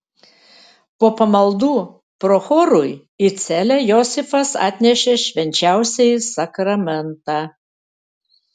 po pamaldų prochorui į celę josifas atnešė švenčiausiąjį sakramentą